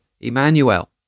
Emmanuel